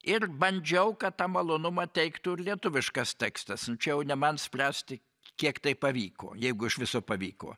ir bandžiau kad tą malonumą teiktų ir lietuviškas tekstas nu čia jau ne man spręsti kiek tai pavyko jeigu iš viso pavyko